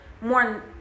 more